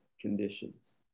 conditions